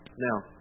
Now